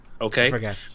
Okay